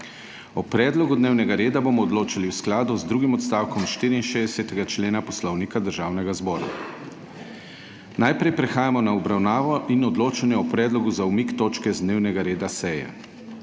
O predlogu dnevnega reda bomo odločali v skladu z drugim odstavkom 64. člena Poslovnika Državnega zbora. Najprej prehajamo na obravnavo in odločanje o predlogu za umik točke z dnevnega reda seje.